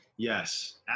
Yes